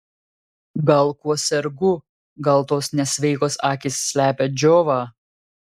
gal kuo sergu gal tos nesveikos akys slepia džiovą